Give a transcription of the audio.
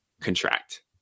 contract